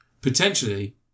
potentially